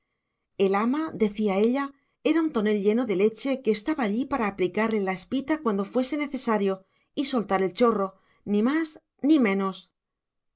el ama decía ella era un tonel lleno de leche que estaba allí para aplicarle la espita cuando fuese necesario y soltar el chorro ni más ni menos